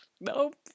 nope